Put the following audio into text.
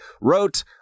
wrote